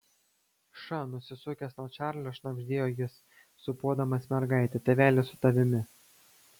ša nusisukęs nuo čarlio šnabždėjo jis sūpuodamas mergaitę tėvelis su tavimi